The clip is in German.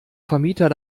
vermieter